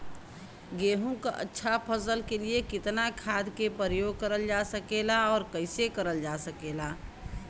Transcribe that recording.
गेहूँक अच्छा फसल क लिए कितना खाद के प्रयोग करल जा सकेला और कैसे करल जा सकेला?